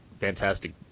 fantastic